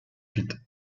huit